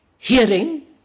Hearing